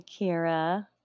Kira